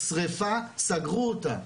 שריפה, סגרו אותה.